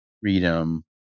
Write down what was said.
freedom